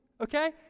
okay